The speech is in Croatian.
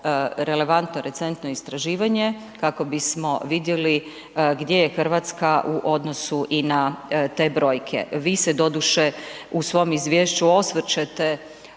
relevantno recentno istraživanje kako bismo vidjeli gdje je Hrvatska u odnosu i na te brojke. Vi se doduše u svom izvješću osvrćete